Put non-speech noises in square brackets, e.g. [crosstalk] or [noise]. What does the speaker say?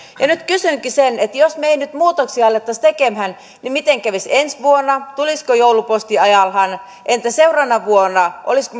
nyt kysynkin jos me emme nyt muutoksia alkaisi tekemään niin miten kävisi ensi vuonna tulisiko jouluposti ajallaan entä seuraavana vuonna olisiko [unintelligible]